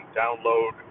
download